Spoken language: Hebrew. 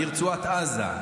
מרצועת עזה,